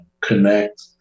connect